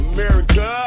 America